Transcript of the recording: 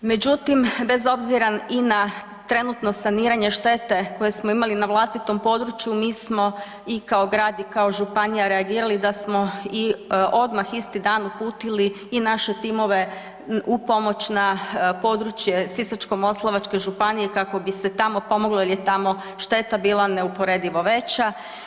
Međutim, bez obzira i na trenutno saniranje štete koje smo imali i na vlastitom području mi smo i kao grad i kao županija reagirali da smo odmah isti dan uputili i naše timove u pomoć na područje Sisačko-moslavačke županije kako bi se tamo pomoglo jer je tamo šteta bila neuporedivo veća.